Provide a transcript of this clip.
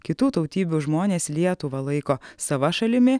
kitų tautybių žmonės lietuvą laiko sava šalimi